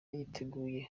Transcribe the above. yiteguye